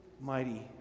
mighty